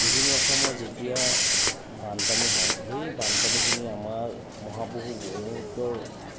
উজনি অসমত যেতিয়া বানপানী হয় সেই বানপানীখিনি আমাৰ মহাবাহু ব্ৰহ্মপুত্ৰৰ